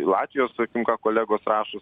latvijos sakykim ką kolegos rašo